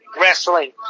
Wrestling